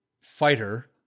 fighter